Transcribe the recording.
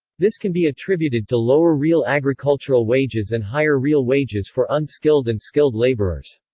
this can be attributed to lower real agricultural wages and higher real wages for unskilled and skilled laborers.